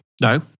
no